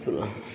पुनः